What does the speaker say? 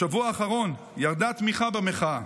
בשבוע האחרון ירדה התמיכה במחאה.